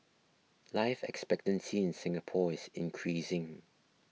life expectancy in Singapore is increasing